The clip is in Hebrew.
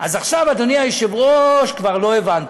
אז עכשיו, אדוני היושב-ראש, כבר לא הבנתי.